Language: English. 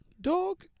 Dog